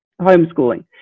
homeschooling